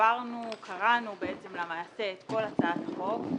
קראנו למעשה את כל הצעת החוק,